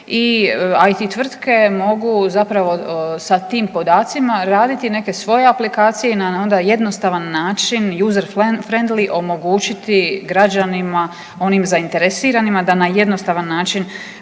IT tvrtke mogu zapravo sa tim podacima raditi neke svoje aplikacije i na onda jednostavan način juzer-frendly omogućiti građanima onim zainteresiranima da na jednostavan način